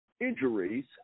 injuries